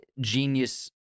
genius